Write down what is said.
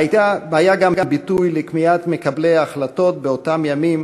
והיה גם ביטוי לכמיהת מקבלי ההחלטות באותם ימים